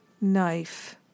knife